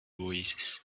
oasis